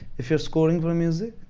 if you're scoring to a music,